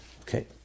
Okay